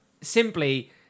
Simply